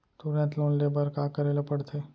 तुरंत लोन ले बर का करे ला पढ़थे?